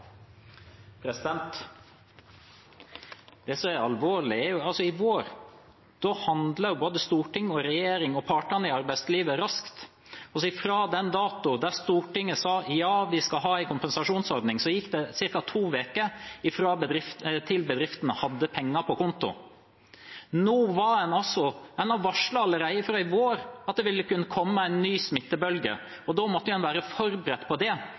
partene i arbeidslivet raskt. Fra den datoen Stortinget sa ja, vi skal ha en kompensasjonsordning, gikk det ca. to uker til bedriftene hadde pengene på konto. En varslet allerede i vår at det kunne komme en ny smittebølge, og da må en jo være forberedt på det.